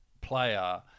Player